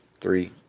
Three